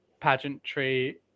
pageantry